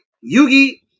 Yu-Gi